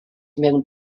mewn